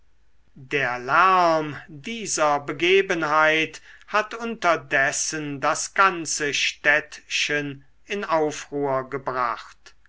der lärm dieser begebenheit hat unterdessen das ganze städtchen in aufruhr gebracht